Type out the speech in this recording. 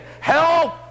help